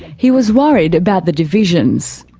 he was worried about the divisions.